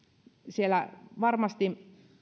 siellä varmasti